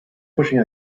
pushing